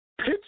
pitch